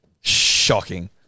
Shocking